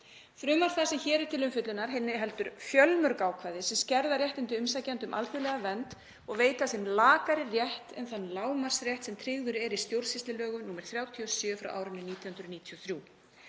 Frumvarp það sem hér er til umfjöllunar inniheldur fjölmörg ákvæði sem skerða réttindi umsækjenda um alþjóðlega vernd og veita þeim lakari rétt en þann lágmarksrétt sem tryggður er í stjórnsýslulögum, nr. 37/1993.